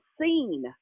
seen